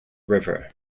river